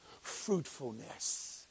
fruitfulness